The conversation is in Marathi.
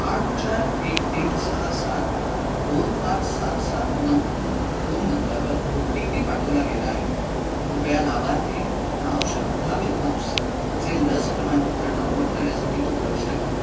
आठ चार एक तीन सहा सात दोन पाच सात सात नऊ फोन नंबरवर ओ टी पी पाठवला गेला आहे कृपया लाभार्थी नाव श्रद्धा विद्वांसचे लस प्रमाणपत्र डाउनलोड करण्यासाठी तो प्रविष्ट करा